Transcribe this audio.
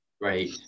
Right